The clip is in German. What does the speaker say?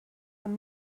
man